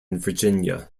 virginia